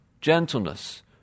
gentleness